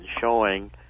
showing